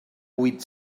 huit